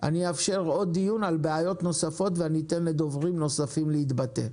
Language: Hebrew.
אני אאפשר עוד דיון על בעיות נוספות ואני אתן לדוברים נוספים להתבטא.